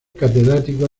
catedrático